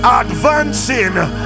advancing